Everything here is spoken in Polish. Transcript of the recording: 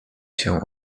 się